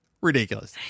Ridiculous